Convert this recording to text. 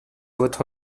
votre